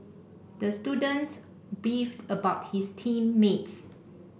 the student beefed about his team mates